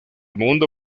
mundo